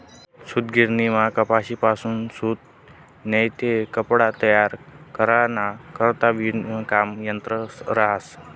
सूतगिरणीमा कपाशीपासून सूत नैते कपडा तयार कराना करता विणकाम यंत्र रहास